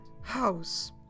house